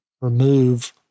remove